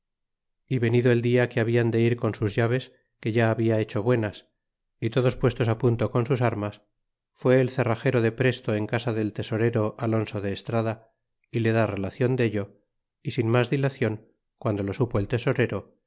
y venido el dia que hablan de ir con sus llaves que ya habla hecho buenas y todos puestos á punto con sus armas fue el cerragero de presto en casa del tesorero alonzo de estrada y le da relacion dello y sin mas dilacion quagle lo supo el tesorero